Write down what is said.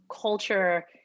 culture